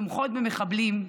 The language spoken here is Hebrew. תומכות במחבלים,